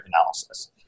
analysis